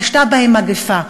פשתה בהם מגפה.